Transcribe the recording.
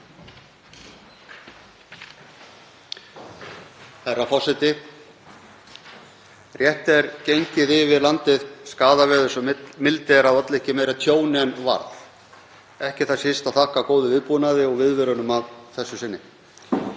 Herra forseti. Rétt er gengið yfir landið skaðaveður sem mildi er að olli ekki meira tjóni en varð. Það er ekki síst að þakka góðum viðbúnaði og viðvörunum að þessu sinni.